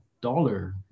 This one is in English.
dollar